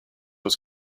was